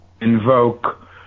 invoke